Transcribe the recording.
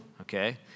Okay